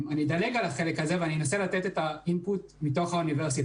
אבל אני אדלג על החלק הזה ואני אנסה לתת את האינפוט מתוך האוניברסיטה.